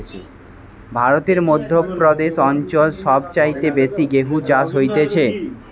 ভারতের মধ্য প্রদেশ অঞ্চল সব চাইতে বেশি গেহু চাষ হতিছে